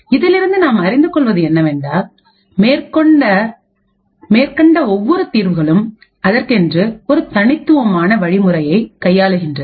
இதிலிருந்து நாம் அறிந்துகொள்வது என்னவென்றால் மேற்கண்ட ஒவ்வொரு தீர்வுகளும் அதற்கென்று ஒரு தனித்துவமான வழிமுறைகளை கையாளுகின்றது